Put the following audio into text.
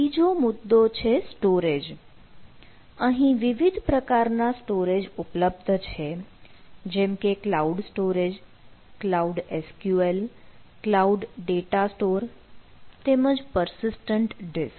બીજો મુદ્દો છે સ્ટોરેજ અહીં વિવિધ પ્રકારના સ્ટોરેજ ઉપલબ્ધ છે જેમકે cloud storage cloud SQL cloud data store તેમજ persistent ડિસ્ક